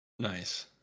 nice